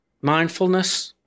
mindfulness